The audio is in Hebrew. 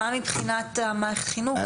מה מבחינת מערכת החינוך?